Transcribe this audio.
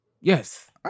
Yes